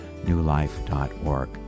newlife.org